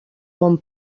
bon